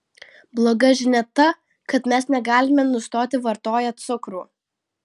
bloga žinia ta kad mes negalime nustoti vartoję cukrų